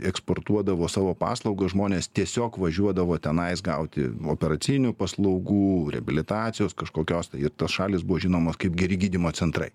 eksportuodavo savo paslaugas žmonės tiesiog važiuodavo tenais gauti operacinių paslaugų reabilitacijos kažkokios tai tos šalys buvo žinomos kaip geri gydymo centrai